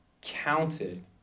counted